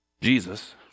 Jesus